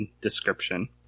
description